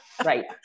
Right